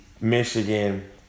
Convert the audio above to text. Michigan